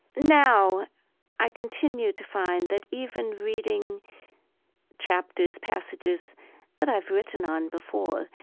now i continue to find that even reading chapters, passages that i've written on before,